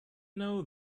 know